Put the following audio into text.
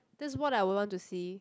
that's what I would want to see